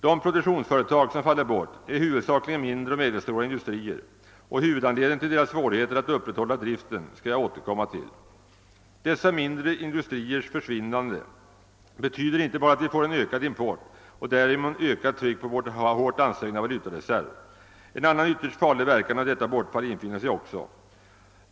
De produktionsföretag som faller bort är huvudsakligen mindre och medelstora industrier. Huvudanledningen till deras svårigheter att upprätthålla driften skall jag återkomma till. Dessa mindre industriers försvinnande betyder icke bara att vi får en ökad import och därigenom ökat tryck på vår hårt ansträngda valutareserv. En annan ytterst farlig verkan av detta bortfall infinner sig också.